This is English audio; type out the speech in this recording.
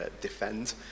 defend